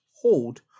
hold